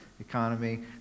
economy